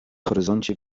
horyzoncie